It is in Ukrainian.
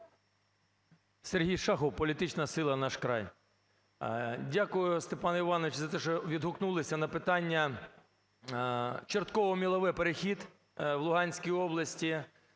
Сергій Шахов, політична сила "Наш край". Дякую, Степан Іванович, за те, що відгукнулися на питання Чорткове–Мілове – перехід в Луганській області,